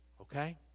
okay